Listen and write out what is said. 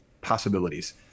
possibilities